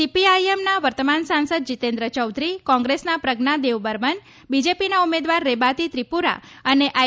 CPIM નાં વર્તમાન સાંસદ જીતેન્દ્ર ચૌધરી કોંગ્રેસના પ્રજ્ઞા દેવબર્મન બીજેપીના ઉમેદવાર રેબાતી ત્રિપુરા અને આઇ